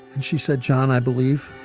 and she said, john, i believe